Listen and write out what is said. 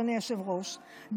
אדוני היושב-ראש,